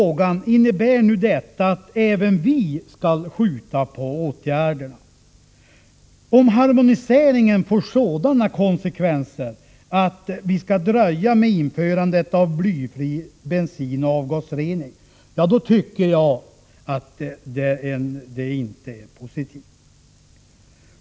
Innebär nu detta att även vi skall skjuta på åtgärderna? Om harmoniseringen får sådana konsekvenser att vi skall dröja med införandet av blyfri bensin och avgasrening, ja, då är det inte positivt.